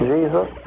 Jesus